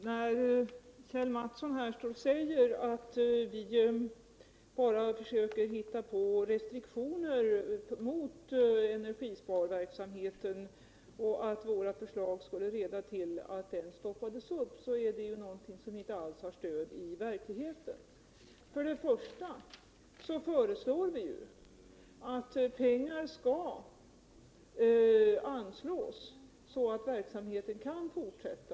Herr talman! Kjell Mattsson sade att vi försöker hitta på restriktioner mot energisparverksamheten och att våra förslag skulle teda till att den sparverksamheten stoppades upp. Det är något som inte alls har stöd i verkligheten. Vi föreslår för det första att pengar skall anslås, så att verksamheten kan fortsätta.